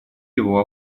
его